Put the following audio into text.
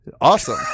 Awesome